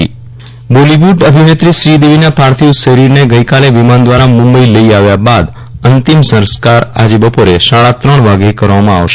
વિરલ રાણા શ્રીદેવી અંતિમ સંસ્કાર બોલીવુડ અભિનેત્રી શ્રીદેવીના પાર્થિવ શરીરને ગઈકાલે વિમાન દ્વારા મુંબઈ લઇ આવ્યાબાદ અંતિમ સંસ્કાર આજે બપોરે સાડાત્રણ વાગ્યે કરવામાં આવશે